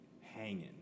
hanging